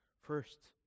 first